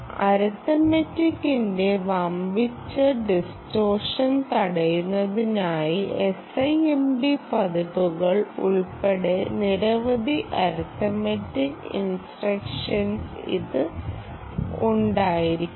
അരിത്തമെറ്റികിന്റെ വമ്പിച്ച ഡിസ്ടോർഷൻ തടയുന്നതിനായി SIMD പതിപ്പുകൾ ഉൾപ്പെടെ നിരവധി അരിത്തമെറ്റിക് ഇൻസ്ട്രക്ഷൻസ് ഇതിന് ഉണ്ടായിരിക്കും